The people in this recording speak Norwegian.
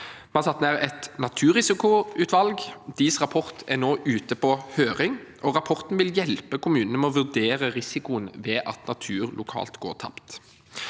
Vi har satt ned et naturrisikoutvalg. Deres rapport er nå ute på høring. Rapporten vil hjelpe kommunene med å vurdere risikoen ved at natur lokalt går tapt.